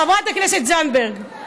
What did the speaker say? חברת הכנסת זנדברג,